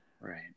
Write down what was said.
right